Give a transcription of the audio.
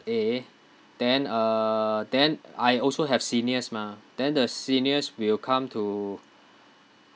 A then uh then I also have seniors mah then the seniors will come to